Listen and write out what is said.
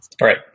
right